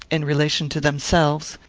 in relation to themselves.